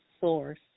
source